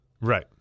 Right